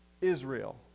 Israel